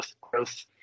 growth